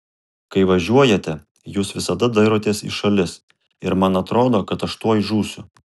kai važiuojate jūs visada dairotės į šalis ir man atrodo kad aš tuoj žūsiu